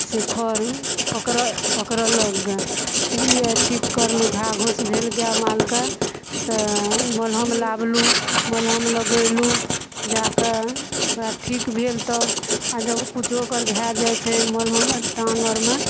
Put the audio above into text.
से खर पकड़ पकड़लक ग बुझलिए ठीक करलहुॅं घा घूस भेल गाय मालके तऽ मलहम लाबलूँ मलहम लगेलहुॅं दय के ओकरा ठीक भेल तब आब जब किछु ओकर भए जाइ छै मलहम टांग आरमे